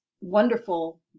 wonderful